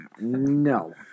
No